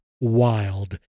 wild